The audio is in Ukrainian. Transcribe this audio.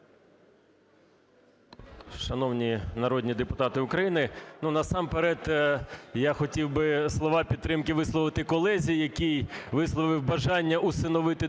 Шановні народні депутати України, ну, насамперед я хотів би слова підтримки висловити колезі, який висловив бажання усиновити дитину.